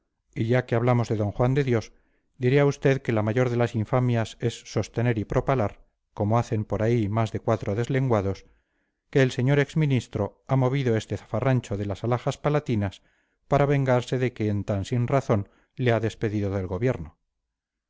y ya que hablamos de d juan de dios diré a usted que la mayor de las infamias es sostener y propalar como hacen por ahí más de cuatro deslenguados que el sr ex ministro ha movido este zafarrancho de las alhajas palatinas para vengarse de quien tan sin razón le ha despedido del gobierno